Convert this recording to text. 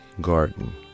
garden